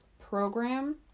program